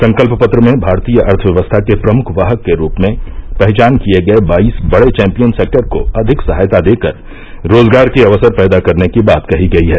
संकल्प पत्र में भारतीय अर्थव्यवस्था के प्रमुख वाहक के रूप में पहचान किये गये बाईस बड़े चैंपियन सेक्टर को अधिक सहायता देकर रोजगार के अवसर पैदा करने की बात कही गई है